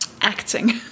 acting